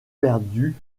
perdu